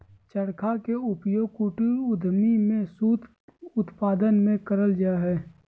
चरखा के उपयोग कुटीर उद्योग में सूत उत्पादन में करल जा हई